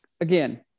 again